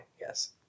Yes